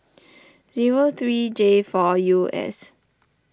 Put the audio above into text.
zero three J four U S